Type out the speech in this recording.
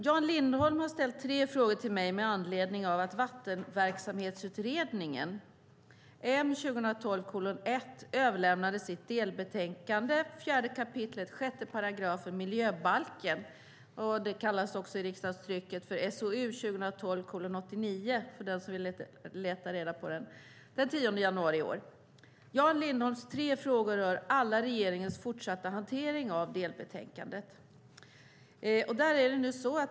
Jan Lindholm har ställt tre frågor till mig med anledning av att Vattenverksamhetsutredningen överlämnade sitt delbetänkande 4 kap. 6 § miljöbalken - det kallas i riksdagstrycket för SOU 2012:89 för den som vill leta reda på det - den 10 januari i år. Jan Lindholms tre frågor rör alla regeringens fortsatta hantering av delbetänkandet.